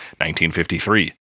1953